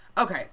okay